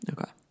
okay